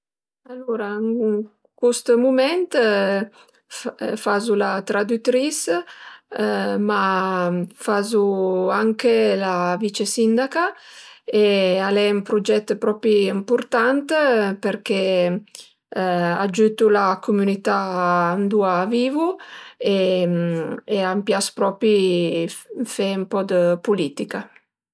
Alura ën cust mument fazu la tradütris, ma fazu anche la vicesindaca e al e ën pruget propi ëmpurtant përché agiütu la comünità ëndua vivu e a m'pias propri fe ën po dë pulitica